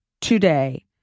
today